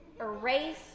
erase